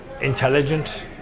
intelligent